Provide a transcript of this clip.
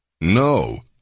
No